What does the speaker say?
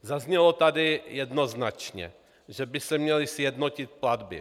Zaznělo tady jednoznačně, že by se měly sjednotit platby.